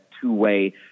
two-way